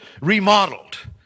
remodeled